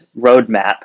roadmap